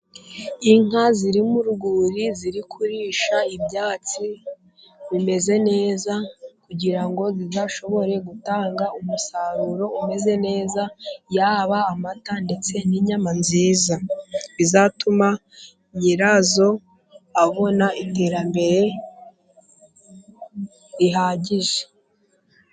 Inka ziri mu rwuri ziri kurisha ibyatsi bimeze neza, kugira ngo zizashobore gutanga umusaruro umeze neza, yaba amata ndetse n'inyama nziza. Bizatuma nyirazo abona iterambere rihagije.